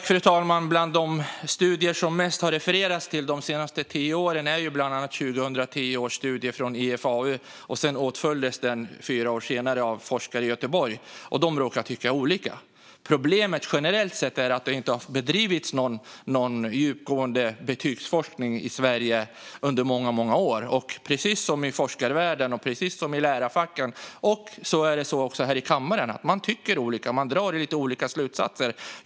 Fru talman! Bland de studier som det har refererats mest till under de senaste tio åren finns 2010 års studie från IFAU. Den åtföljdes fyra år senare av en studie från forskare i Göteborg, och de råkade tycka olika. Problemet generellt sett är att det inte har bedrivits någon djupgående betygsforskning i Sverige under många år, och precis som i forskarvärlden och bland lärarfacken - liksom här i kammaren - tycker man olika och drar lite olika slutsatser.